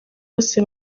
bose